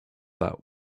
that